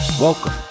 Welcome